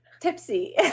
Tipsy